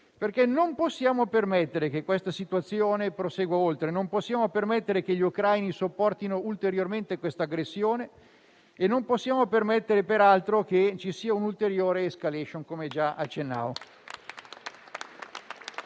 fuoco. Non possiamo permettere infatti che questa situazione prosegua oltre; non possiamo permettere che gli ucraini sopportino ulteriormente questa aggressione e non possiamo permettere peraltro che ci sia una ulteriore *escalation*.